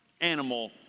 animal